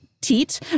teat